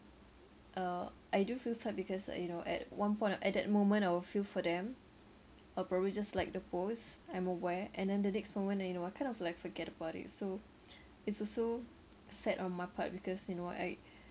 uh I do feel sad because uh you know at one point at that moment I will feel for them I'll probably just like the post I'm aware and then the next moment you know I kind of like forget about it so it's also sad on my part because you know I